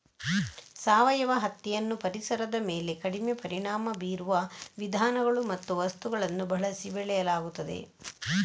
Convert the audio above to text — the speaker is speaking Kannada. ಸಾವಯವ ಹತ್ತಿಯನ್ನು ಪರಿಸರದ ಮೇಲೆ ಕಡಿಮೆ ಪರಿಣಾಮ ಬೀರುವ ವಿಧಾನಗಳು ಮತ್ತು ವಸ್ತುಗಳನ್ನು ಬಳಸಿ ಬೆಳೆಯಲಾಗುತ್ತದೆ